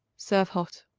serve hot.